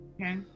Okay